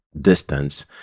distance